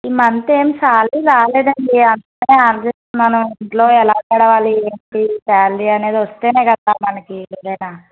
ఈ మంత ఏం శాలరీ రాలేదండి అంతా అ మన ఇంట్లో ఎలా గడవాలి ఏంటి శాలరీ అనేది వస్తేనే కదా మనకి ఏదైనా